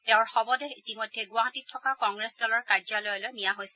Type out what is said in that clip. তেওঁৰ শ্বদেহ ইতিমধ্যে গুৱাহাটীত থকা কংগ্ৰেছ দলৰ কাৰ্যালয়লৈ নিয়া হৈছে